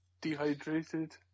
dehydrated